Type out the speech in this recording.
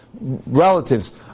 relatives